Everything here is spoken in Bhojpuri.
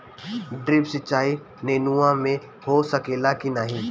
ड्रिप सिंचाई नेनुआ में हो सकेला की नाही?